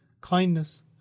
kindness